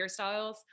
hairstyles